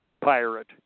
pirate